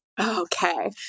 Okay